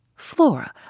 Flora